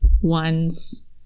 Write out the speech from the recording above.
ones